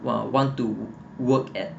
ah want to work at